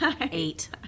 eight